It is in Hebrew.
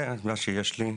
זה מה שיש לי.